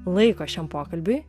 laiko šiam pokalbiui